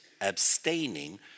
abstaining